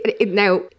Now